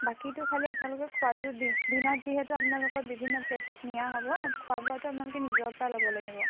বাকীটো খালী আপোনালোকে খোৱাটো দিনত যিহেতু আপোনালোকক বিভিন্ন প্লে'চত নিয়া হ'ব খোৱা বোৱাটো আপোনালোকে নিজৰ পৰা ল'ব লাগিব